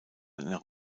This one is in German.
einer